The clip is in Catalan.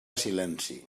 silenci